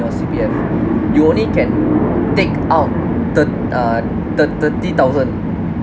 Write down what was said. the C_P_F you only can take out thirt~ uh thirt~ thirty thousand